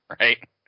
right